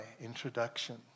introduction